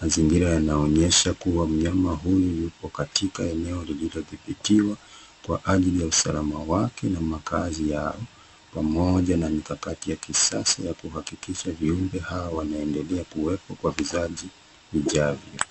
Mazingira yanaonyesha kuwa mnyama huyu yuko katika eneo lililo dhibitiwa kwa ajili ya usalama wake na makaazi yao, pamoja na mikakati ya kisasa ya kuhakikisha viumbe hawa wanaendelea kuwekwa kwa vizazi.